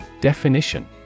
Definition